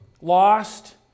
lost